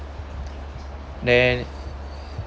then